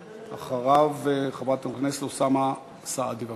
אחריו, חבר הכנסת אוסאמה סעדי.